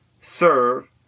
serve